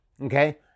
okay